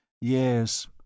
Yes